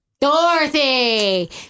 Dorothy